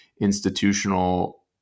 institutional